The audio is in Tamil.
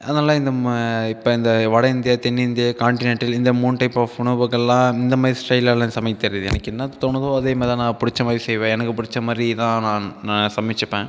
அதனால் இந்த ம இப்போ இந்த வட இந்தியா தென்னிந்தியா கான்டினென்டல் இந்த மூணு டைப் ஆஃப் உணவுகள்லாம் இந்த மாதிரி ஸ்டைல் எல்லாம் சமைக்கத் தெரியாது எனக்கு என்ன தோணுதோ அதே மாதிரிதான் நான் பிடிச்ச மாதிரி செய்வேன் எனக்கு பிடிச்ச மாதிரி தான் நான் நான் சமைச்சுப்பேன்